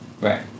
Right